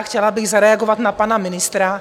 Chtěla bych zareagovat na pana ministra.